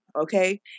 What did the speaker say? Okay